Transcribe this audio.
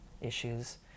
issues